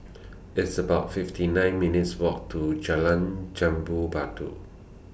It's about fifty nine minutes' Walk to Jalan Jambu Batu